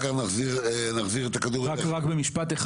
רק במשפט אחד.